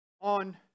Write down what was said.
on